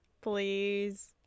please